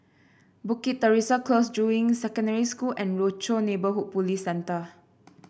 Bukit Teresa Close Juying Secondary School and Rochor Neighborhood Police Centre